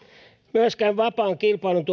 myöskään vapaan kilpailun